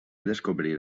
descobrir